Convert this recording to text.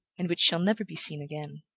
and which shall never be seen again.